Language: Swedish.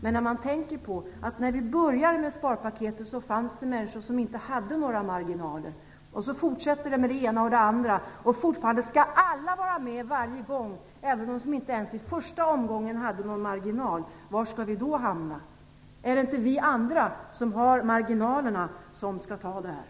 Men man måste tänka på, att när vi började med sparpaket fanns det människor som inte hade några marginaler. Nu fortsätter vi med det ena och det andra, och alla skall vara med varje gång, även de som inte ens hade någon marginal i första omgången. Var skall vi då hamna? Är det inte vi andra, som har marginalerna, som skall ta det här?